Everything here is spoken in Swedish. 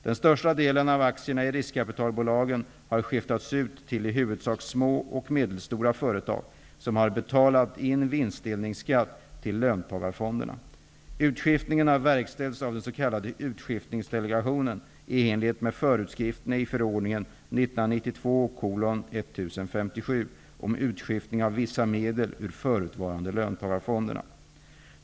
Den största delen av aktierna i riskkapitalbolagen har skiftats ut till i huvudsak små och medelstora företag som har betalat in vinstdelningsskatt till löntagarfonderna. Utskiftningen har verkställts av den s.k. Utskiftningsdelegationen i enlighet med föreskrifter i förordningen om utskiftning av vissa medel ur förutvarande löntagarfonderna.